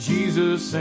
Jesus